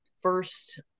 first